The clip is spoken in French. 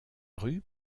rue